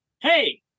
Hey